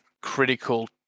critical